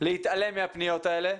להתעלם מהפניות האלה.